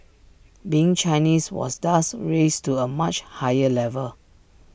being Chinese was thus raised to A much higher level